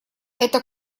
это